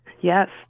Yes